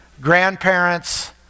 grandparents